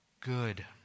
good